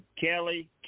Kelly